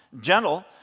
gentle